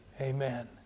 Amen